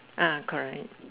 ah correct